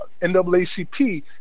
NAACP